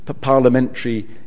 parliamentary